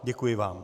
Děkuji vám.